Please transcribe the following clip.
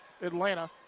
Atlanta